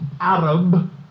Arab